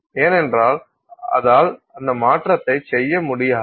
ஏனென்றால் அதால் அந்த மாற்றத்தை செய்ய முடியாது